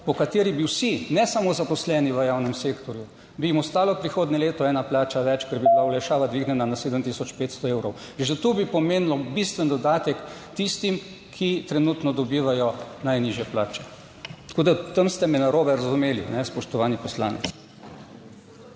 po kateri bi vsi, ne samo zaposleni v javnem sektorju, bi jim ostalo prihodnje leto ena plača več, ker bi bila olajšava dvignjena na 7500 evrov. Že to bi pomenilo bistven dodatek tistim, ki trenutno dobivajo najnižje plače. Tako da tam ste me narobe razumeli, spoštovani poslanec.